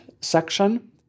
section